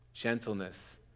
Gentleness